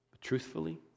Truthfully